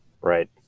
Right